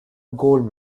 gold